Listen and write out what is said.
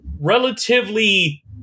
relatively